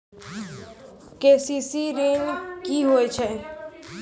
KCC ॠन की होय छै?